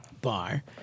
bar